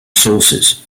sauces